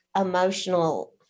emotional